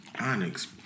Onyx